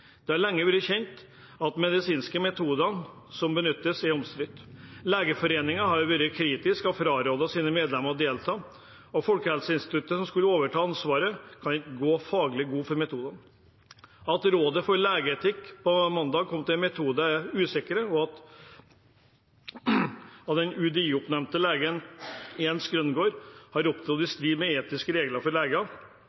Det har lenge vært kjent at de medisinske metodene som benyttes, er omstridt. Legeforeningen har vært kritisk og frarådet sine medlemmer å delta, og Folkehelseinstituttet, som skulle overta ansvaret, kan ikke gå faglig god for metodene. At Rådet for legeetikk på mandag kom til at metodene er usikre, og at den UDI-oppnevnte legen Jens Grøgaard har opptrådt i